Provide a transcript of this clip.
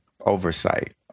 oversight